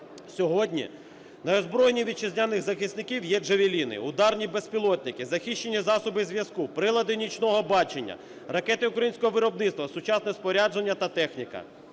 Сьогодні на озброєнні вітчизняних захисників є "Джавеліни", ударні безпілотники, захищені засоби зв'язку, прилади нічного бачення, ракети українського виробництва, сучасне спорядження та техніка,